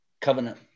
covenant